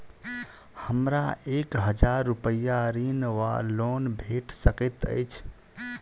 हमरा एक हजार रूपया ऋण वा लोन भेट सकैत अछि?